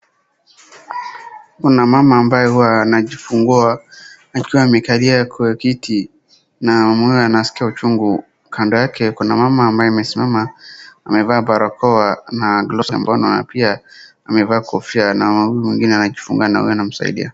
Kuna mama ambaye huwa anajifungua akiwa amekalia kwa kiti namwona anaskia uchungu. Kando yake kuna mama ambaye amesimama amevaa barakoa na pia amevaa kofia na huyo mwingine anajifunga na huyu ananmsaidia.